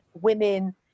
women